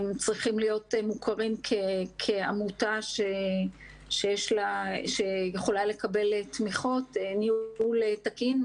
הם צריכים להיות מוכרים כעמותה שיכולה לקבל תמיכות - ניהול תקין,